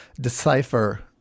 decipher